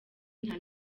nta